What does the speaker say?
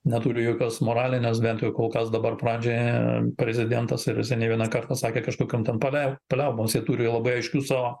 neturi jokios moralinės bent jau kol kas dabar pradžioje prezidentas ir jisai ne vieną kartą sakė kažkokiom ten paliai paliaubos jie turi labai aiškius savo